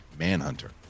manhunter